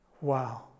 Wow